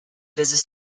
business